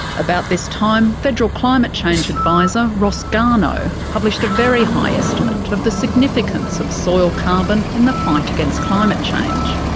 about this time, federal climate change advisor ross garnaut published a very high estimate of the significance of soil carbon in the fight against climate change.